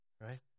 Right